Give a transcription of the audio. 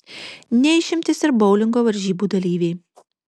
ne išimtis ir boulingo varžybų dalyviai